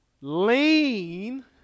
lean